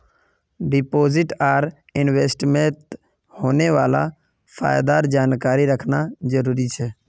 deposit आर इन्वेस्टमेंटत होने वाला फायदार जानकारी रखना जरुरी छे